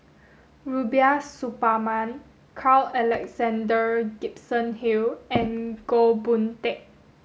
Rubiah Suparman Carl Alexander Gibson Hill and Goh Boon Teck